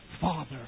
Father